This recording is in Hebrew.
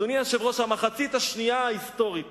אדוני היושב-ראש, המחצית השנייה ההיסטורית